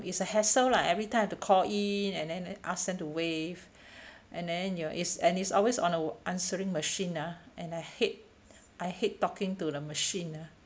it's a hassle lah every time have to call in and then ask them to waive and then ya it's and it's always on a answering machine ah and I hate I hate talking to the machine lah